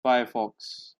firefox